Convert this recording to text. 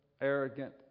arrogant